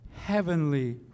heavenly